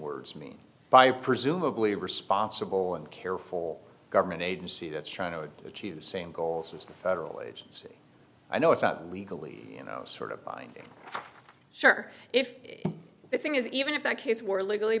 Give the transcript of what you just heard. words mean by presumably responsible and careful government agency that's trying to achieve the same goals as the federal agency i know it's not legally you know sort of sure if the thing is even if that case were legally